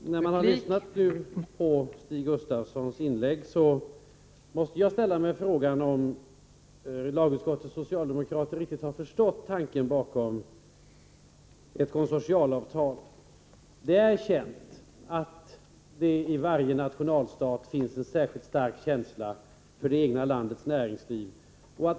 Fru talman! Efter att ha lyssnat på Stig Gustafssons inlägg måste jag ställa mig frågan om lagutskottets socialdemokrater riktigt har förstått tanken bakom ett konsortialavtal. Det är känt att det i varje nationalstat finns en särskilt stark känsla för det egna landets näringsliv.